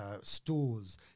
stores